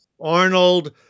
Arnold